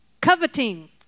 Coveting